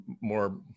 more